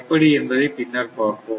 எப்படி என்பதை பின்னர் பார்ப்போம்